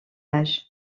âge